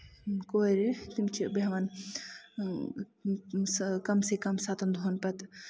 کورِ تِم چھِ بیٚہوان کَم سے کَم سَتَن دۄہَن پَتہٕ